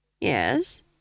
yes